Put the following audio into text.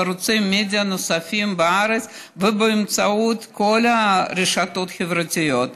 בערוצי מדיה נוספים בארץ ובאמצעות כל הרשתות החברתיות.